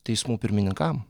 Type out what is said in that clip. teismų pirmininkam